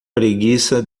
preguiça